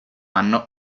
anno